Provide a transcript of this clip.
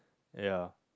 yeah